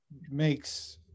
makes